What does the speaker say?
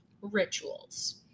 rituals